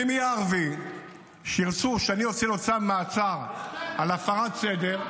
ואם יהיה ערבי שירצו שאני אוציא לו צו מעצר על הפרת סדר,